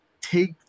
take